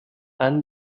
and